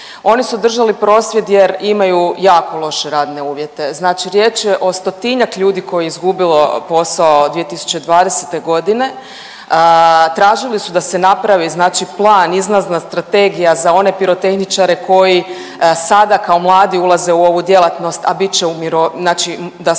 oni su držali prosvjed jer imaju jako loše radne uvjete. Znači riječ je o stotinjak ljudi koje je izgubilo posao 2020.g. tražili su da se napravi plan, izlazna strategija za one pirotehničare koji sada kao mladi ulaze u ovu djelatnost, a bit će znači da se